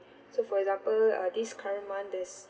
so for example uh this current month there's